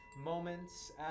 moments